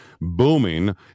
booming